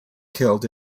killed